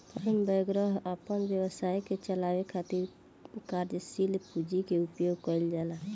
form वैगरह अपना व्यवसाय के चलावे खातिर कार्यशील पूंजी के उपयोग कईल जाला